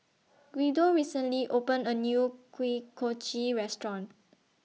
Guido recently opened A New Kuih Kochi Restaurant